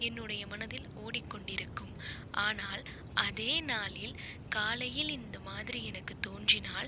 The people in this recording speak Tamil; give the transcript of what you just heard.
என்னுடைய மனதில் ஓடிக்கொண்டிருக்கும் ஆனால் அதே நாளில் காலையில் இந்த மாதிரி எனக்கு தோன்றினால்